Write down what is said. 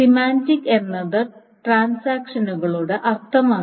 semantics എന്നത് ട്രാൻസാക്ഷനുകളുടെ അർത്ഥമാണ്